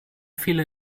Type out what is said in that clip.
viele